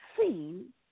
seen